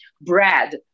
bread